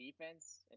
defense